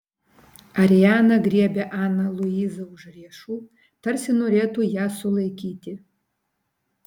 ariana griebė aną luizą už riešų tarsi norėtų ją sulaikyti